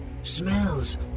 Smells